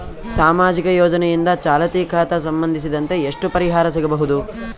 ಸಾಮಾಜಿಕ ಯೋಜನೆಯಿಂದ ಚಾಲತಿ ಖಾತಾ ಸಂಬಂಧಿಸಿದಂತೆ ಎಷ್ಟು ಪರಿಹಾರ ಸಿಗಬಹುದು?